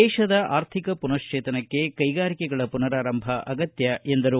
ದೇಶದ ಅರ್ಥಿಕ ಪುನರ್ವೇತನಕ್ಕೆ ಕೈಗಾರಿಗಳ ಪುನರಾರಂಭ ಅಗತ್ಯ ಎಂದರು